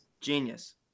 Genius